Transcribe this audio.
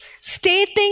stating